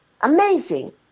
Amazing